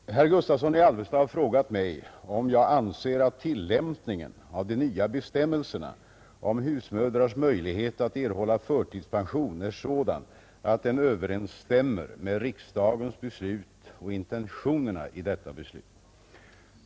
Fru talman! Herr Gustavsson i Alvesta har frågat mig om jag anser att tillämpningen av de nya bestämmelserna om husmödrars möjlighet att erhålla förtidspension är sådan att den överensstämmer med riksdagens beslut och intentionerna i detta beslut.